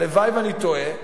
והלוואי שאני טועה,